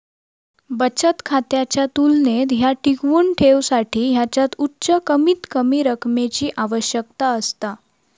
बचत खात्याच्या तुलनेत ह्या टिकवुन ठेवसाठी ह्याच्यात उच्च कमीतकमी रकमेची आवश्यकता असता